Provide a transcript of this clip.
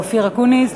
אופיר אקוניס,